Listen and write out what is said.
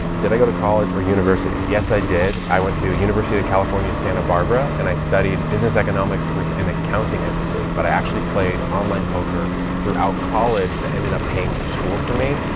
did i go to college or university? yes, i did. i went to university of california, santa barbara, and i studied business economics with an accounting emphasis. but i actually played online poker throughout college that ended up paying for school for me.